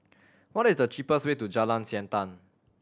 what is the cheapest way to Jalan Siantan